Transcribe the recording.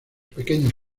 pequeños